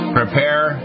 prepare